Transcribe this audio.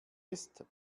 ist